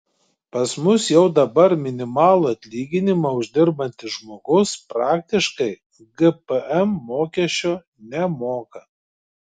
pas mus jau dabar minimalų atlyginimą uždirbantis žmogus praktiškai gpm mokesčio nemoka